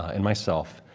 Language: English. and myself,